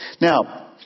Now